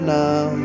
now